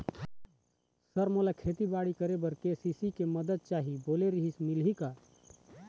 Sir मोला खेतीबाड़ी करेबर के.सी.सी के मंदत चाही बोले रीहिस मिलही का?